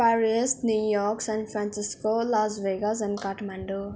Paris New York San Francisco Las Vegas and Kathmandu